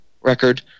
record